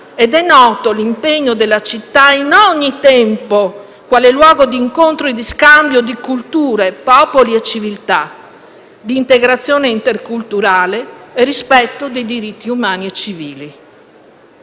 ed è noto l'impegno della città in ogni tempo, quale luogo d'incontro e di scambio di culture, popoli e civiltà, di integrazione interculturale e rispetto dei diritti umani e civili.